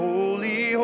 Holy